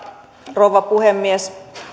rouva puhemies